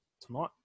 tonight